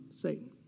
Satan